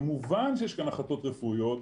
כמובן, שיש כאן החלטות רפואיות.